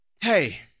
Hey